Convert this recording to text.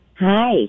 Hi